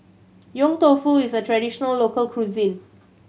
Yong Tau Foo is a traditional local cuisine